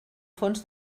fons